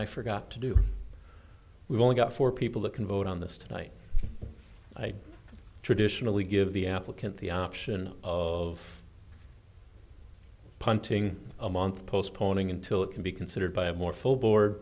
i forgot to do we've only got four people that can vote on this tonight i traditionally give the applicant the option of punting a month postponing until it can be considered by a more full board